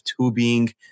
tubing